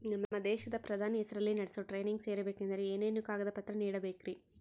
ನಮ್ಮ ದೇಶದ ಪ್ರಧಾನಿ ಹೆಸರಲ್ಲಿ ನಡೆಸೋ ಟ್ರೈನಿಂಗ್ ಸೇರಬೇಕಂದರೆ ಏನೇನು ಕಾಗದ ಪತ್ರ ನೇಡಬೇಕ್ರಿ?